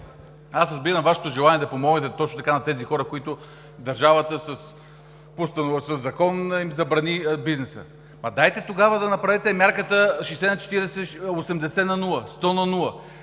аз разбирам Вашето желание да помогнете, точно така, на тези хора, които държавата със закон им забрани бизнеса. Дайте тогава да направите мярката 60/40 80/0, 100/0.